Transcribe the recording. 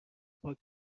پاک